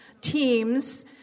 teams